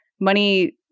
money